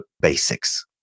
basics